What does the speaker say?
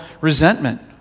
resentment